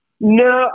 No